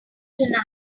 tonight